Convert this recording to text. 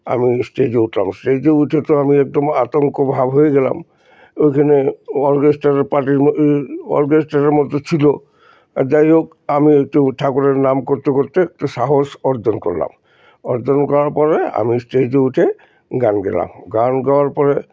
আমি স্টেজে উঠলাম স্টেজে উঠে তো আমি একদম আতঙ্ক ভাব হয়ে গেলাম ওইখানে অর্কেস্ট্রারের পার্টি অর্কেস্ট্রারের মতো ছিল যাই হোক আমি একটু ঠাকুরের নাম করতে করতে একটু সাহস অর্জন করলাম অর্জন করার পরে আমি স্টেজে উঠে গান গেলাম গান গাওয়ার পরে